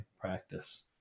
practice